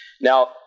Now